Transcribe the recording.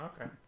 Okay